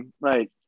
Right